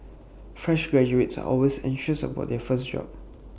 fresh graduates are always anxious about their first job